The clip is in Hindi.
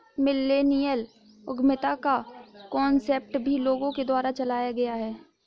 मिल्लेनियल उद्यमिता का कान्सेप्ट भी लोगों के द्वारा चलाया गया है